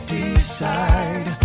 decide